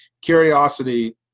curiosity